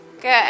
Good